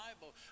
Bible